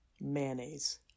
Mayonnaise